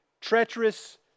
treacherous